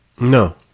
No